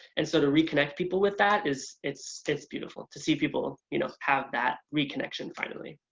and so to reconnect people with that is. it's it's beautiful to see people you know have that reconnection finally.